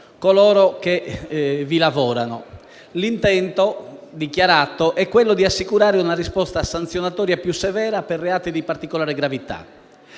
coloro che vi lavorano. L'intento dichiarato è quello di assicurare una risposta sanzionatoria più severa per reati di particolare gravità.